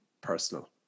personal